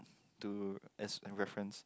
to as an reference